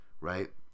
right